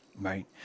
Right